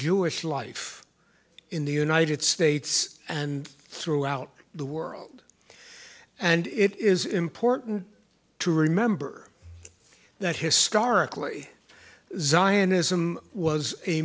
us life in the united states and throughout the world and it is important to remember that historically